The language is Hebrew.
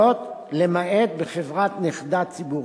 זאת, למעט בחברה-נכדה ציבורית.